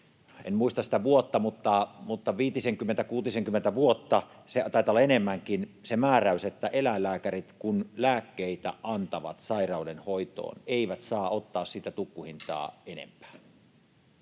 kuutisenkymmentä vuotta tai enemmänkin — se määräys, että kun eläinlääkärit lääkkeitä antavat sairauden hoitoon, he eivät saa ottaa siitä tukkuhintaa enempää.